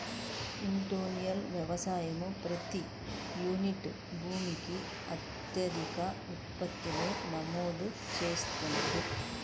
intensive వ్యవసాయం ప్రతి unit భూమికి అధిక ఉత్పత్తిని నమోదు చేసింది